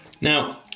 Now